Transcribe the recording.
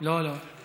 לא, לא.